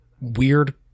weird